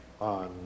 On